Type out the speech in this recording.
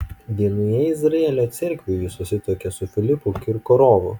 vienoje izraelio cerkvių ji susituokė su filipu kirkorovu